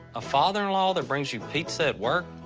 a father-in-law that brings you pizza at work?